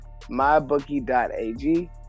mybookie.ag